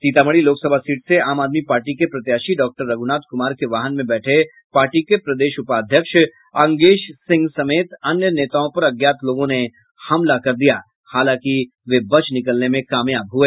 Sitamarhi Lok Sabha seat से Aam Aadmi Party के प्रत्याशी डॉक्टर रघुनाथ कुमार के वाहन में बैठे पार्टी के प्रदेश उपाध्यक्ष अंगेश सिंह समेत अन्य नेताओं पर अज्ञात लोगों ने हमला कर दिया हालांकि वे बच निकलने में कामयाब हुए